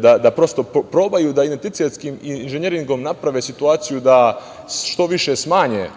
da prosto probaju da identitetskim inženjeringom naprave situaciju da što više smanje